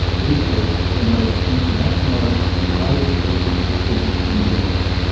we host the most internationalised higher education system in the world.